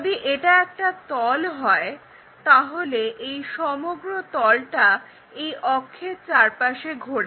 যদি এটা একটা তল হয় তাহলে এই সমগ্রতলটা এই অক্ষের চারপাশে ঘোরে